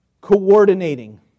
coordinating